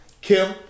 Kim